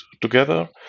together